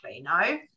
No